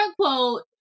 quote